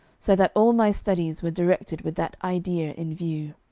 so that all my studies were directed with that idea in view.